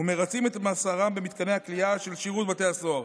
המרצים את מאסרם במתקני הכליאה של שירות בתי הסוהר.